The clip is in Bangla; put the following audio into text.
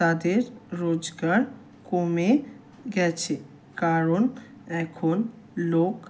তাদের রোজগার কমে গেছে কারণ এখন লোক